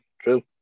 True